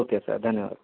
okay sir ಧನ್ಯವಾದ